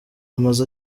amazu